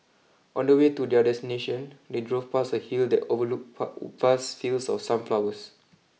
on the way to their destination they drove past a hill that overlooked vast fields of sunflowers